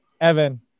Evan